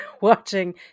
watching